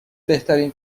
بهترین